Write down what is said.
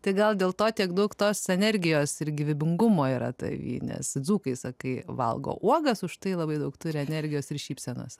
tai gal dėl to tiek daug tos energijos ir gyvybingumo yra tavy nes dzūkai sakai valgo uogas užtai labai daug turi energijos ir šypsenos